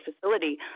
facility